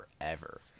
forever